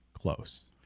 close